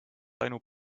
ainult